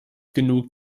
genug